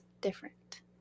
different